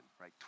right